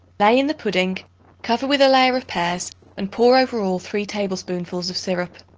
lay in the pudding cover with a layer of pears and pour over all three tablespoonfuls of syrup.